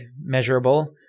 measurable